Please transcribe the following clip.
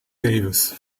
davis